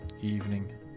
evening